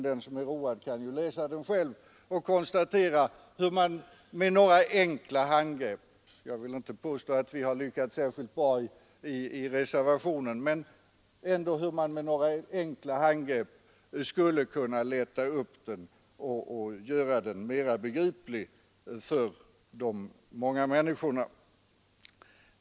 Den som är road kan läsa den själv och konstatera hur man med några enkla handgrepp — jag vill inte påstå att vi har lyckats särskilt bra i reservationen — skulle kunna lätta upp texten och göra den mera begriplig för de många människorna.